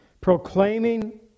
proclaiming